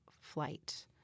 flight